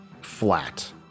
flat